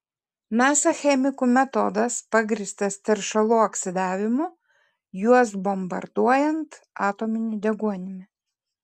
nasa chemikų metodas pagrįstas teršalų oksidavimu juos bombarduojant atominiu deguonimi